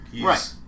Right